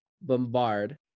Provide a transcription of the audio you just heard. bombard